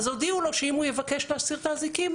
והודיעו לו שאם הוא יבקש להסיר את האזיקים,